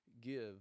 give